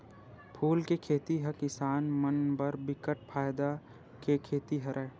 फूल के खेती ह किसान मन बर बिकट फायदा के खेती हरय